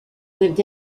lived